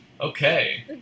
Okay